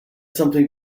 something